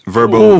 Verbal